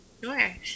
Sure